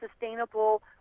sustainable